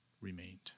remained